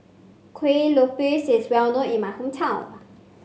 Kuih Lopes is well known in my hometown